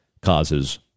causes